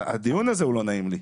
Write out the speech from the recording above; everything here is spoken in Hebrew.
הדיון הזה לא נעים לי.